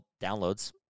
downloads